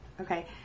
Okay